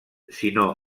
sinó